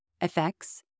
effects